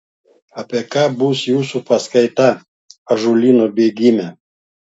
apie ką bus jūsų paskaita ąžuolyno bėgime